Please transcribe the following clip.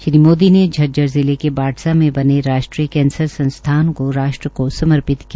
श्री मोदी ने झज्जर जिले के बा सा में बने राष्ट्रीय कैंसर संस्थान को राष्ट्र को समर्पित किया